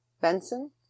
Benson